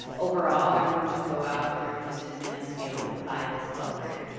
overall everyone should go out if you're interested in this field and buy this book.